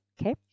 Okay